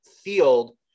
field